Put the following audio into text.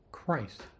Christ